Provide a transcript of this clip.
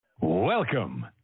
Welcome